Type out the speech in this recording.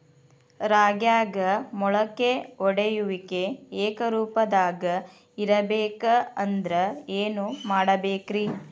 ರಾಗ್ಯಾಗ ಮೊಳಕೆ ಒಡೆಯುವಿಕೆ ಏಕರೂಪದಾಗ ಇರಬೇಕ ಅಂದ್ರ ಏನು ಮಾಡಬೇಕ್ರಿ?